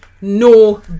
no